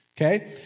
Okay